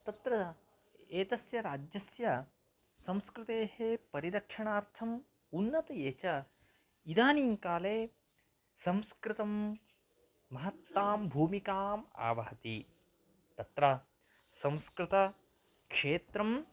तत्र एतस्य राज्यस्य संस्कृतेः परिरक्षणार्थम् उन्नतये च इदानीं काले संस्कृतं महत्तां भूमिकाम् आवहति तत्र संस्कृतक्षेत्रम्